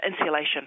insulation